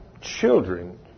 children